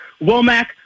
Womack